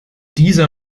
dieser